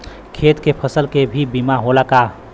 खेत के फसल के भी बीमा होला का?